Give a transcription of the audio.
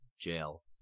jail